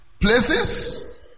places